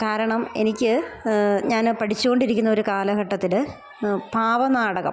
കാരണം എനിക്ക് ഞാൻ പഠിച്ചുകൊണ്ടിരിക്കുന്ന ഒരു കാലഘട്ടത്തിൽ പാവനാടകം